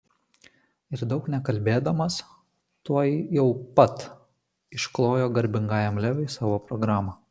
ir daug nekalbėdamas tuojau pat išklojo garbingajam leviui savo programą